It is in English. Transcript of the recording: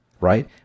right